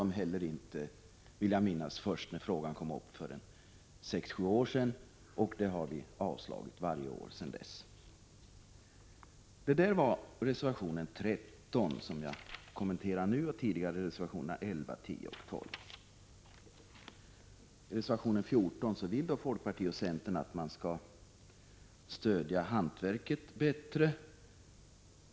När frågan först kom upp för sex sju år sedan avstyrkte utskottet yrkandet, och det har vi gjort varje år sedan dess. Det var mina kommentarer till reservation 13. Tidigare har jag kommenterat reservationerna 11, 10 och 12. I reservation 14 framför folkpartiet och centern att de vill att man skall stödja hantverket bättre.